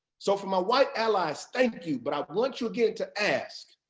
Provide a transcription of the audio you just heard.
so from our white allies, thank you. but i want you again to ask,